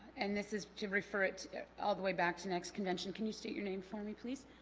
and this is to refer it all the way back to next convention can you state your name for me please